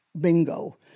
bingo